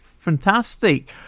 fantastic